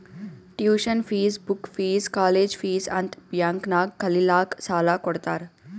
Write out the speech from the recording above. tuition fees, book fees, college fees ಅಂತ್ bank ನಾಗ್ ಕಲಿಲ್ಲಾಕ್ಕ್ ಸಾಲಾ ಕೊಡ್ತಾರ್